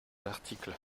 l’article